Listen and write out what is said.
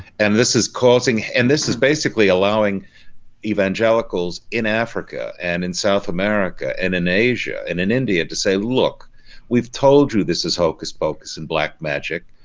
and this is causing this is basically allowing evangelicals in africa and in south america and in asia and in india to say look we've told you, this is hocus-pocus and black magic.